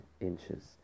inches